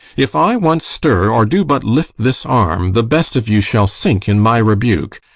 if i once stir, or do but lift this arm, the best of you shall sink in my rebuke.